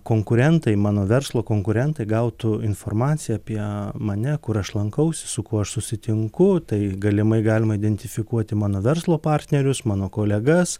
konkurentai mano verslo konkurentai gautų informaciją apie mane kur aš lankausi su kuo aš susitinku tai galimai galima identifikuoti mano verslo partnerius mano kolegas